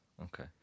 Okay